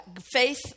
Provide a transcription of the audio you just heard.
faith